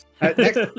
Next